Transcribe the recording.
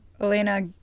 elena